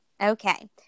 Okay